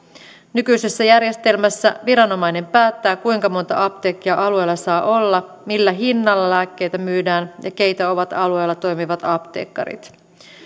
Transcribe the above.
nykyisessä järjestelmässä viranomainen päättää kuinka monta apteekkia alueella saa olla millä hinnalla lääkkeitä myydään ja keitä ovat alueella toimivat apteekkarit